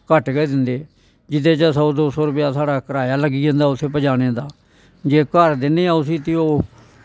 घट्ट गै दिंदे जेह्दे चा सौ दऊं सौ रपेआ साढ़ा कराया लग्गी जंदा उत्थें पजाने दा जे घर दिन्नेआं उसी ते ओह्